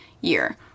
year